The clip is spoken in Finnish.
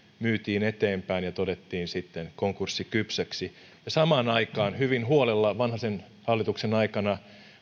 myytiin eteenpäin ja todettiin sitten konkurssikypsäksi ja samaan aikaan hyvin huolella vanhasen hallituksen aikana